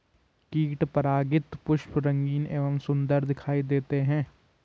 कीट परागित पुष्प रंगीन एवं सुन्दर दिखाई देते हैं